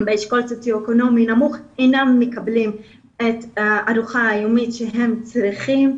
באשכול סוציו אקונומי נמוך לא מקבלים את הארוחה היומית שהם צריכים,